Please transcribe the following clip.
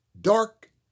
dark